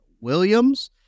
Williams